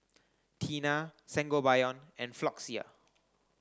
Tena Sangobion and Floxia